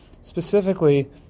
specifically